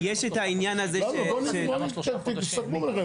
יש את העניין הזה --- תסכמו ביניכם.